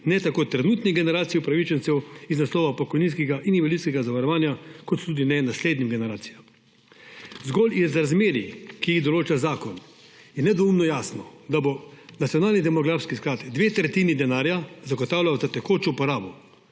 tako trenutnih generacij upravičencev iz naslova pokojninskega in invalidskega zavarovanja kot tudi ne naslednjih generacij. Zgolj iz razmerij, ki jih določa zakon, je nedvoumno jasno, da bo nacionalni demografski sklad dve tretjini denarja zagotavljal za tekočo porabo,